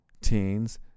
teens